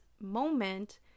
moment